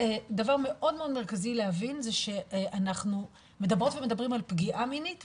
דבר מאוד מאוד מרכזי להבין זה שאנחנו מדברות ומדברים על פגיעה מינית,